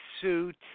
suit